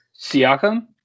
Siakam